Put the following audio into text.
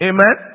Amen